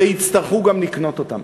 ויצטרכו גם לקנות אותן,